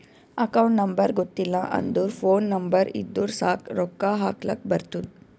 account number ಗೊತ್ತಿಲ್ಲ ಅಂದುರ್ phone number ಇದ್ದುರ್ ಸಾಕ್ ರೊಕ್ಕಾ ಹಾಕ್ಲಕ್ ಬರ್ತುದ್